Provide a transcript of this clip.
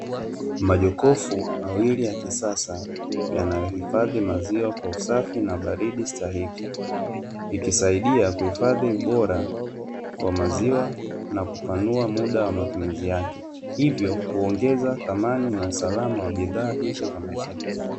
Majokofu mawili ya kisasa yanayohifadhi maziwa kwa usafi na ubaridi stahiki. Ikisaidia kuhifadhi ubora wa maziwa na kupanua muda wa matumizi yake. Hivyo kuongeza thamani na usalama wa bidhaa hizo za maziwa.